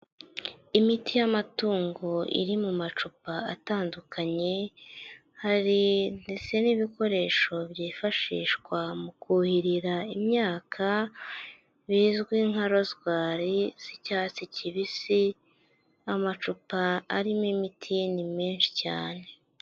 Imiti y'amatungo iri mu macupa atandukanye, hari ndetse n'ibikoresho byifashishwa mu kuhirira imyaka, bizwi nka rozwari z'icyatsi kibisi, amacupa arimo imiti ni menshi cyane.